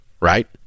right